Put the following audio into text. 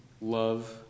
love